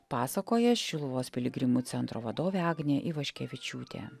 pasakoja šiluvos piligrimų centro vadovė agnė ivaškevičiūtė